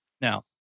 Now